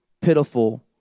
pitiful